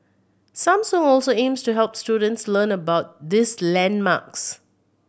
Samsung also aims to help students learn about this landmarks